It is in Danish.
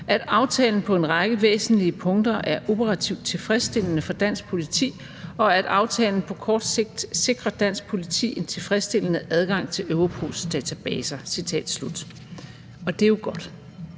at aftalen på en række væsentlige punkter er operativt tilfredsstillende for dansk politi, og at aftalen på kort sigt sikrer dansk politi en tilfredsstillende adgang til Europols databaser.« Det er jo godt.